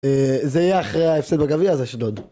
זה יהיה אחרי ההפסד בגביע אז אשדוד